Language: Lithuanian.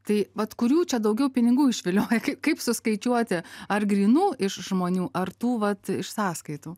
tai vat kurių čia daugiau pinigų išviliojo kaip suskaičiuoti ar grynų iš žmonių ar tų vat iš sąskaitų